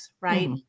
right